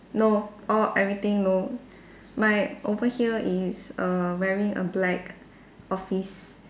no all everything no my over here is err wearing a black office